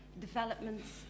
developments